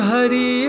Hari